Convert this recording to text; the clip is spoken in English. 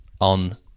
on